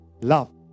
love